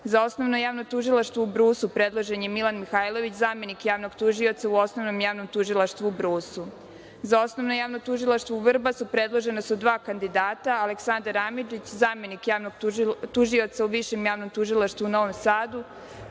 Osnovno javno tužilaštvo u Brusu predložen je Milan Mihajlović, zamenik javnog tužioca u Osnovnom javnom tužilaštvu u Brusu.Za Osnovno javno tužilaštvo u Vrbasu predložena su dva kandidata, Aleksandar Amidžić, zamenik javnog tužioca u Višem javnom tužilaštvu u Novom Sadu,